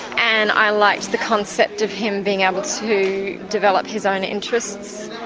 and i liked the concept of him being able to develop his own interests